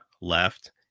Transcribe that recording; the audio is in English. left